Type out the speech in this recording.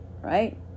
right